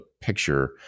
picture